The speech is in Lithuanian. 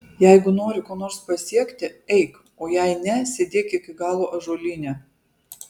jeigu nori ko nors pasiekti eik o jei ne sėdėk iki galo ąžuolyne